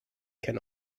can